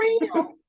real